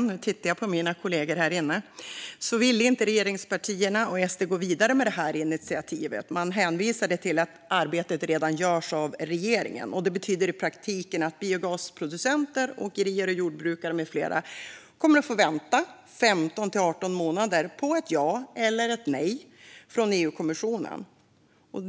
nu tittar jag på mina kollegor här i kammaren - ville inte regeringspartierna och SD gå vidare med det här initiativet. Man hänvisade till att arbetet redan görs av regeringen. Det betyder i praktiken att biogasproducenter, åkerier, jordbrukare med flera kommer att få vänta 15-18 månader på ett ja eller ett nej från EU-kommissionen.